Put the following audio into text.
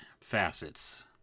facets